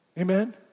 Amen